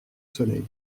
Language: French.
soleil